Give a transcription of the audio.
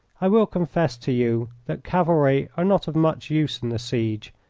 i will confess to you that cavalry are not of much use in a siege,